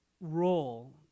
role